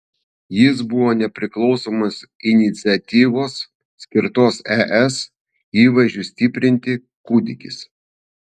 jis buvo nepriklausomos iniciatyvos skirtos es įvaizdžiui stiprinti kūdikis